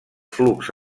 flux